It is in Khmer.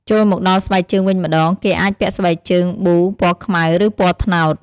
ចូលមកដល់ស្បែកជើងវិញម្ដង គេអាចពាក់ស្បែកជើងប៊ូពណ៌ខ្មៅ ឬ ពណ៌ត្នោត។